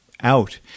out